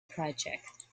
project